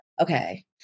Okay